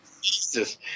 Jesus